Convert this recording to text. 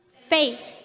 faith